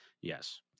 Yes